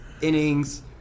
innings